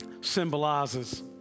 symbolizes